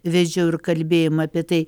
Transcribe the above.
vedžiau ir kalbėjom apie tai